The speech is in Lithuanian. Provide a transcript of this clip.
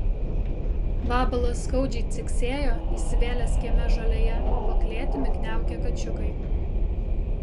vabalas skaudžiai ciksėjo įsivėlęs kieme žolėje po klėtimi kniaukė kačiukai